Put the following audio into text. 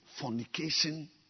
fornication